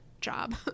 job